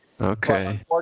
Okay